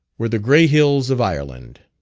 were the grey hills of ireland.